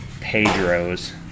Pedros